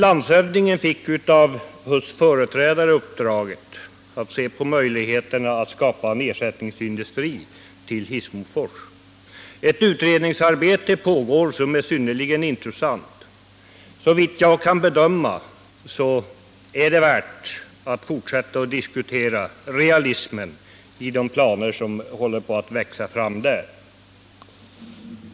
Landshövdingen fick av industriminister Huss företrädare uppdraget att se över möjligheterna att skapa en ersättningsindustri i Hissmofors. Ett utredningsarbete pågår som är synnerligen intressant. Såvitt jag kan bedöma är det värt att fortsätta och diskutera det realistiska i de planer som där håller på att växa fram.